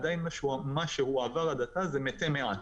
עדיין מה שהועבר עד עתה זה מתי מעט.